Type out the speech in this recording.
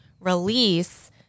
release